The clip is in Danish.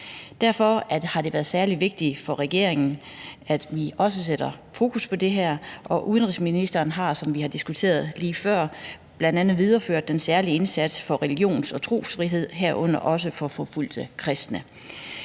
Derfor har det været særlig vigtigt for regeringen, at vi også sætter fokus på det her, og udenrigsministeren har, som vi har diskuteret lige før, bl.a. videreført den særlige indsats for religions- og trosfrihed, herunder også for forfulgte kristne.